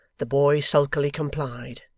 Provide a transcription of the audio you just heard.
the boy sulkily complied,